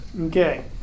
Okay